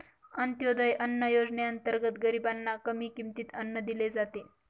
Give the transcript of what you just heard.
अंत्योदय अन्न योजनेअंतर्गत गरीबांना कमी किमतीत अन्न दिले जाते